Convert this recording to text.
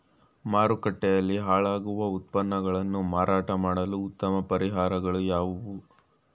ಮಾರುಕಟ್ಟೆಯಲ್ಲಿ ಹಾಳಾಗುವ ಉತ್ಪನ್ನಗಳನ್ನು ಮಾರಾಟ ಮಾಡಲು ಉತ್ತಮ ಪರಿಹಾರಗಳು ಯಾವುವು?